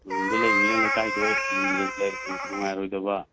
ꯔꯨꯝꯗ ꯂꯩꯕꯅꯤꯅ ꯂꯩꯀꯥꯏꯗꯣ ꯅꯨꯡꯉꯥꯏꯔꯣꯏꯗꯕ